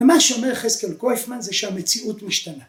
‫ומה שאומר חזקל קויפמן ‫זה שהמציאות משתנה.